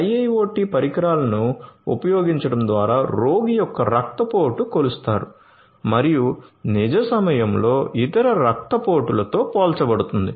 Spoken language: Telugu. IIoT పరికరాలను ఉపయోగించడం ద్వారా రోగి యొక్క రక్తపోటు కొలుస్తారు మరియు నిజ సమయంలో ఇతర రక్తపోటులతో పోల్చబడుతుంది